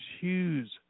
huge